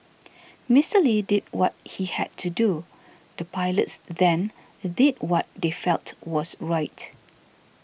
Mister Lee did what he had to do the pilots then did what they felt was right